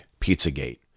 Pizzagate